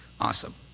Awesome